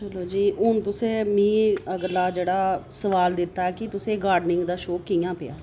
हून तुसें मिगी अगला जेह्ड़ा सोआल कीता कि तुसेंगी गार्डनिंग दा शौक कि'यां पेआ